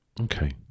okay